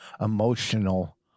emotional